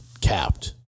capped